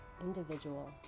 individual